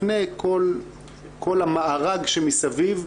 לפני כל המארג שמסביב,